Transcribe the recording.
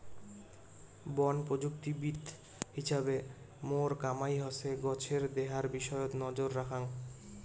বন প্রযুক্তিবিদ হিছাবে মোর কামাই হসে গছের দেহার বিষয়ত নজর রাখাং